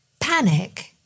panic